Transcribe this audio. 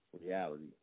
reality